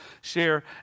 share